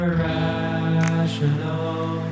rational